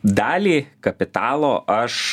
dalį kapitalo aš